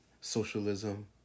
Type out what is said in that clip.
socialism